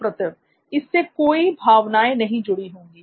सुप्रतिव इससे कोई भावनाएं नहीं जुड़ी होंगी